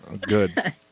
Good